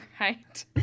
right